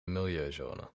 milieuzone